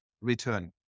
return